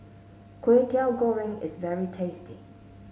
Kway Teow Goreng is very tasty